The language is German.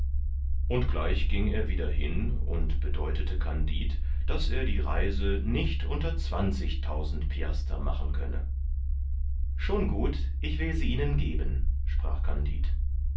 und gleich ging er wieder hin und bedeutete kandid daß er die reise nicht unter zwanzigtausend piaster machen könne schon gut ich will sie ihnen geben sprach kandid